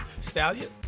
Stallion